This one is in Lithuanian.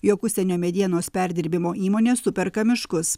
jog užsienio medienos perdirbimo įmonės superka miškus